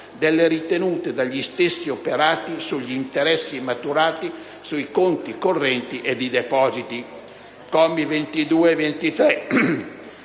delle ritenute dagli stessi operate sugli interessi maturati su conti correnti ed i depositi. Con i commi 22 e 23